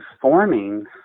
forming